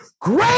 Great